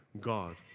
God